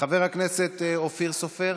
חבר הכנסת אופיר סופר,